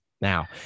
now